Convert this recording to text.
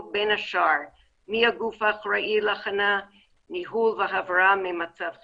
בין השאר מי הגוף האחראי להכנה ניהול והבראה ממצב חירום,